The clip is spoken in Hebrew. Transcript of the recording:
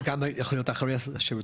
זה גם יכול להיות אחרי השירות,